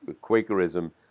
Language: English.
Quakerism